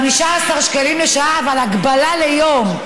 15 שקלים לשעה, אבל הגבלה ליום.